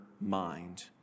mind